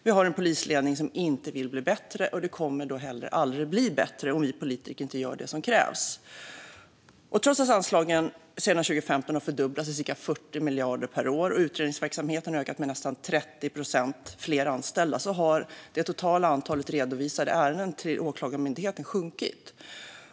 Vi har en polisledning som inte vill bli bättre, och det kommer då heller aldrig att bli bättre om vi politiker inte gör det som krävs. Trots att anslagen sedan 2015 har fördubblats till cirka 40 miljarder per år och utredningsverksamheten ökat med nästan 30 procent fler anställda har det totala antalet redovisade ärenden till Åklagarmyndigheten sjunkit.